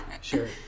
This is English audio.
Sure